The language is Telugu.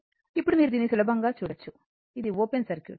ఇప్పుడు మీరు దీన్ని సులభంగా చూడొచ్చు ఇది ఓపెన్ సర్క్యూట్